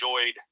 enjoyed